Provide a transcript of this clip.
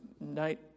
night